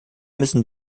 müssen